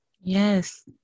Yes